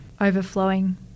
overflowing